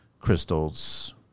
crystals